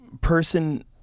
person